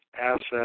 asset